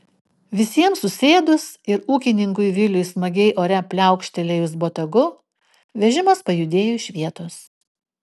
visiems susėdus ir ūkininkui viliui smagiai ore pliaukštelėjus botagu vežimas pajudėjo iš vietos